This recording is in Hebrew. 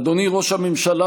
אדוני ראש הממשלה,